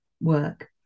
work